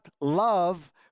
love